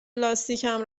لاستیکم